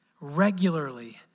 Regularly